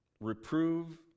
Reprove